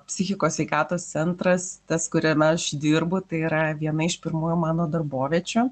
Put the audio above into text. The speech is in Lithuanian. psichikos sveikatos centras tas kuriame aš dirbu tai yra viena iš pirmųjų mano darboviečių